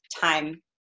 time